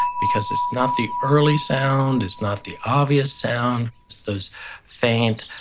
because it's not the early sound, it's not the obvious sound, it's those faint,